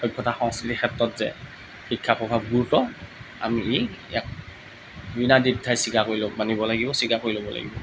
সভ্যতা সংস্কৃতিৰ ক্ষেত্ৰত যে শিক্ষাৰ প্ৰভাৱ গুৰুত্ব আমি এক বিনাদ্বিধাই স্বীকাৰ কৰি মানিব লাগিব স্বীকাৰ কৰি ল'ব লাগিব